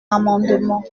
amendement